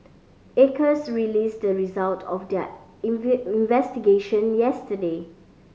acres released the result of their investigation yesterday